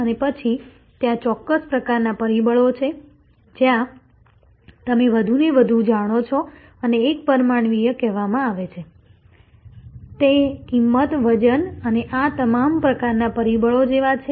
અને પછી ત્યાં ચોક્કસ પ્રકારનાં પરિબળો છે જ્યાં તમે વધુને વધુ જાણો છો તેને એકપરિમાણીય કહેવામાં આવે છે તે કિંમત વજન અને આ તમામ પ્રકારના પરિબળો જેવા છે